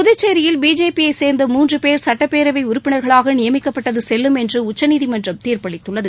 புதுச்சேரியில் பிஜேபி யை சேர்ந்த மூன்று பேர் சட்டப்பேரவை உறுப்பினர்களாக நியமிக்கப்பட்டது செல்லும் என்று உச்சநீதிமன்றம் தீர்ப்பளித்துள்ளது